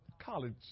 college